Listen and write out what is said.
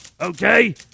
Okay